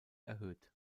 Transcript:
erhöht